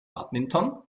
badminton